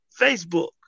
Facebook